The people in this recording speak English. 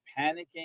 panicking